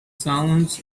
sounds